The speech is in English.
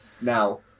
Now